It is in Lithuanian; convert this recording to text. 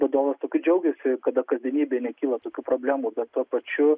vadovas tokiu džiaugiasi kada kasdienybėj nekyla tokių problemų bet tuo pačiu